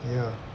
ya